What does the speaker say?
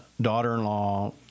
daughter-in-law